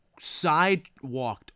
sidewalked